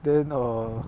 then err